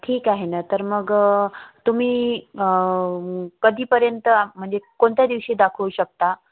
ठीक आहे ना तर मग तुम्ही कधीपर्यंत म्हणजे कोणत्या दिवशी दाखवू शकता